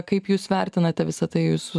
kaip jūs vertinate visa tai jūs